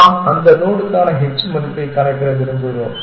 நாம் அந்த நோடுக்கான h மதிப்பைக் கணக்கிட விரும்புகிறோம்